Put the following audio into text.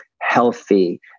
healthy